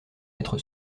être